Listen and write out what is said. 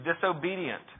disobedient